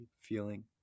feeling